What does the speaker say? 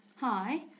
Hi